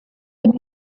there